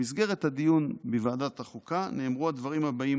במסגרת הדיון בוועדת החוקה נאמרו הדברים הבאים